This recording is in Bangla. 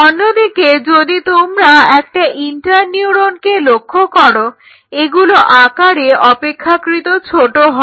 অন্যদিকে যদি তোমরা একটা ইন্টার নিউরনকে লক্ষ্য করো এগুলো আকারে অপেক্ষাকৃত ছোট হয়